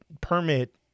permit